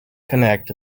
connect